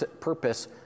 purpose